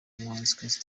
umuhanzikazi